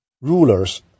rulers